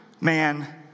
man